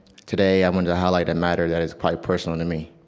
today, i'm going to highlight a matter that is quite personal to me.